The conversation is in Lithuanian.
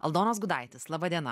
aldonas gudaitis laba diena